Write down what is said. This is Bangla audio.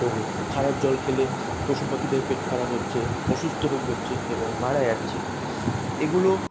তো খারাপ জল খেলে পশু পাখিদের পেট খারাপ হচ্ছে অসুস্থ হয়ে পড়ছে এবং মারা যাচ্ছে এগুলো